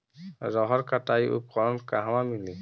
रहर कटाई उपकरण कहवा मिली?